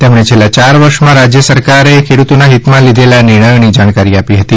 તેમણે છેલ્લા ચાર વર્ષમાં રાજ્ય સરકારે ખેડૂતોના હિતમાં લીધેલા નિર્ણયોની જાણકારી આપી હતી